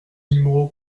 numéro